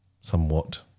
somewhat